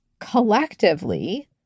collectively